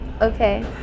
okay